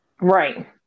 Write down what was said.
Right